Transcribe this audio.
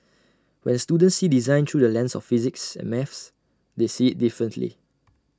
when students see design through the lens of physics and maths they see IT differently